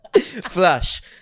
flash